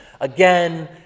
again